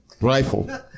Rifle